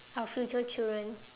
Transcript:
our future children